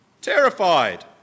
terrified